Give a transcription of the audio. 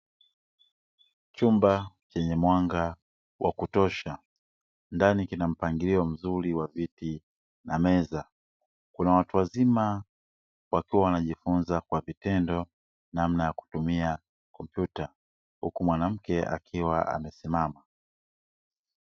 Chumba chenye mwanga wa kutosha ndani kina mpangilio mzuri wa viti na meza. Kuna watu wazima wakiwa wanajifunza kwa vitendo namna ya kutumia kompyuta. Huku mwanamke akiwa amesimama.